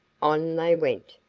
on they went,